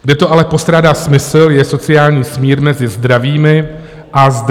Kde to ale postrádá smysl, je sociální smír mezi zdravými a zdravými.